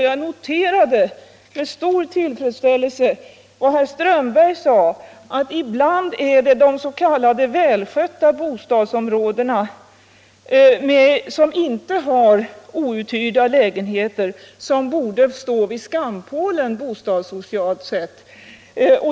Jag noterade med stor tillfredsställelse vad herr Strömberg i Botkyrka sade, att ibland är det de s.k. välskötta bostadsområdena utan outhyrda lägenheter som borde stå vid skampålen, bostadssocialt sett.